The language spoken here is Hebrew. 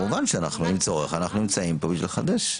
כמובן שאם יש צורך אנחנו נמצאים פה בשביל לחדש.